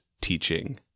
teaching